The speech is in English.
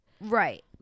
Right